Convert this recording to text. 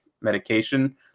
medication